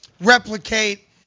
replicate